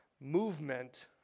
movement